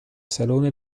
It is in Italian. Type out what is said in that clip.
salone